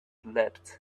leapt